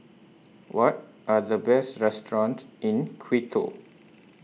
What Are The Best restaurants in Quito